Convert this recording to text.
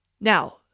Now